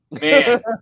Man